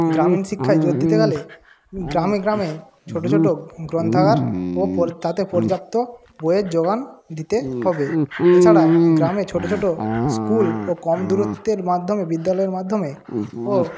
গ্রামীণ শিক্ষায় জোর দিতে গেলে গ্রামে গ্রামে ছোটো ছোটো গ্রন্থাগার ও তাতে পর্যাপ্ত বইয়ের যোগান দিতে হবে এছাড়া গ্রামে ছোটো ছোটো স্কুল ও কম দূরত্বের মাধ্যমে বিদ্যালয়ের মাধ্যমে ও